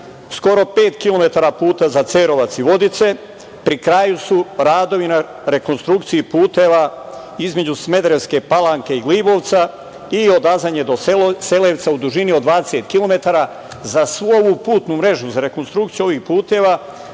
kilometara puta za Cerovac i Vodice, pri kraju su radovi na rekonstrukciji puteva između Smederevske Palanke i Glibovca, i od Azanje do Selevca u dužini od 20 kilometara. Za svu ovu putnu mrežu, za rekonstrukciju ovih puteva,